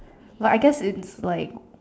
but I guess it's like